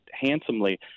handsomely